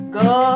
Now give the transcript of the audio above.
go